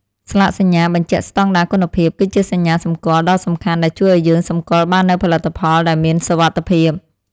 ស្លាកសញ្ញាបញ្ជាក់ស្តង់ដារគុណភាព គឺជាសញ្ញាសម្គាល់ដ៏សំខាន់ដែលជួយឱ្យយើងសម្គាល់បាននូវផលិតផលដែលមានសុវត្ថិភាព។